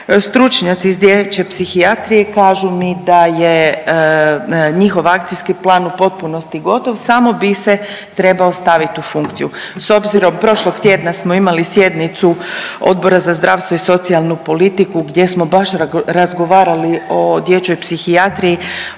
Stručnjaci iz dječje psihijatrije kažu mi da je njihov akcijski plan u potpunosti gotov samo bi se trebao stavit u funkciju. S obzirom prošlog tjedna smo imali sjednicu Odbora za zdravstvo i socijalnu politiku gdje smo baš razgovarali o dječjoj psihijatriji.